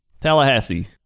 Tallahassee